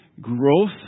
growth